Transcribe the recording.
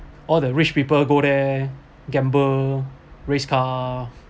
all the rich people go there gamble race car